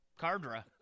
Cardra